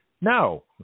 No